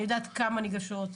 אני יודעת כמה ניגשות,